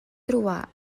trobar